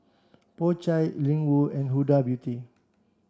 Po Chai Ling Wu and Huda Beauty